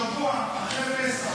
שבוע אחרי פסח,